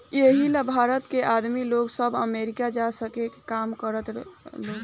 एही ला भारत के आदमी लोग सब अमरीका जा के काम करता लोग